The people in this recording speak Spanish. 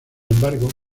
embargo